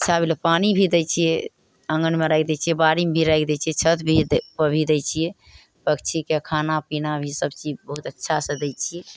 पानि भी दै छिए आँगनमे राखि दै छिए बाड़ीमे भी राखि दै छिए छत भी पर भी दै छिए पन्छीके खाना पिना भी सबचीज बहुत अच्छासे दै छिए